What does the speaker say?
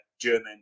German